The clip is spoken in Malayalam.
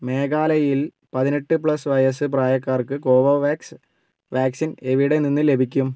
മേഘാലയയിൽ പതിനെട്ട് പ്ലസ് വയസ്സ് പ്രായക്കാർക്ക് കോവോവാക്സ് വാക്സിൻ എവിടെ നിന്ന് ലഭിക്കും